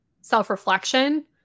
self-reflection